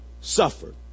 suffer